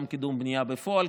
גם קידום בנייה בפועל,